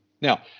Now